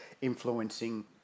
influencing